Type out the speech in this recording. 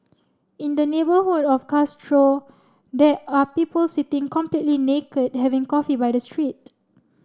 in the neighbourhood of Castro there are people sitting completely naked having coffee by the street